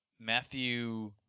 Matthew